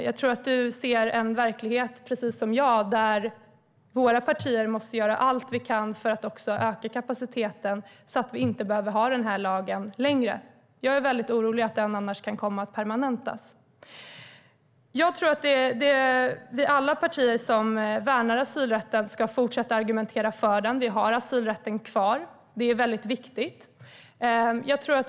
Jag tror att du liksom jag ser en verklighet där våra partier måste göra allt vi kan för att öka kapaciteten, så att vi inte behöver ha den lagen längre. Jag är orolig för att den annars kan komma att permanentas. Jag tror att alla partier som värnar om asylrätten ska fortsätta att argumentera för den. Asylrätten finns kvar, och den är väldigt viktig.